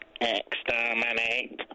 Exterminate